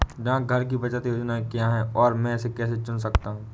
डाकघर की बचत योजनाएँ क्या हैं और मैं इसे कैसे चुन सकता हूँ?